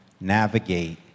navigate